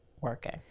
working